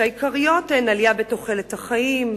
שהעיקריות הן עלייה בתוחלת החיים,